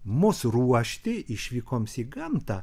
mus ruošti išvykoms į gamtą